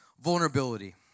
vulnerability